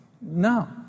No